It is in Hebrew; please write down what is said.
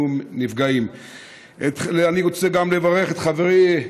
אני רוצה, קודם כול,